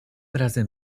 razem